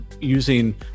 using